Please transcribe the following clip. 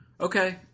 Okay